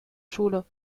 schule